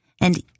and